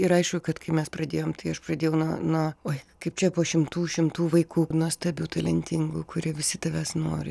ir aišku kad kai mes pradėjom tai aš pradėjau nuo nuo oi kaip čia po šimtų šimtų vaikų nuostabių talentingų kurie visi tavęs nori